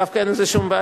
מאה